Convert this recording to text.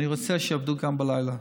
ואני רוצה שיעבדו גם בלילה.